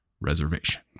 reservation